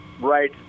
right